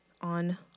On